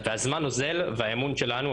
הזמן אוזל והאמון שלנו,